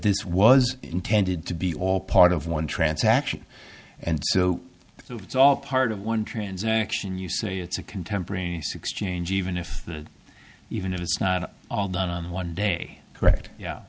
this was intended to be all part of one transaction and so it's all part of one transaction you say it's a contemporaneous exchange even if the even if it's not all done on one day correct yeah